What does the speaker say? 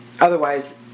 otherwise